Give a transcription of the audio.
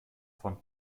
von